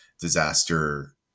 disaster